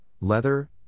leather